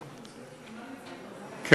כן.